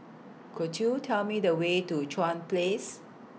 Could YOU Tell Me The Way to Chuan Place